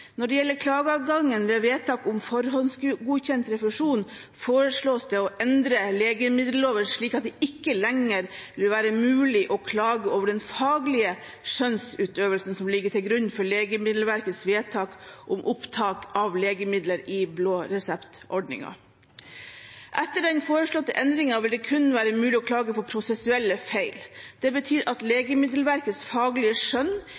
Når det gjelder klageadgangen ved vedtak om forhåndsgodkjent refusjon, foreslås det å endre legemiddelloven slik at det ikke lenger vil være mulig å klage over den faglige skjønnsutøvelsen som ligger til grunn for Legemiddelverkets vedtak om opptak av legemidler i blåreseptordningen. Etter den foreslåtte endringen vil det kun være mulig å klage på prosessuelle feil. Det betyr at Legemiddelverkets faglige skjønn